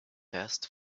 first